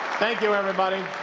thank you, everybody!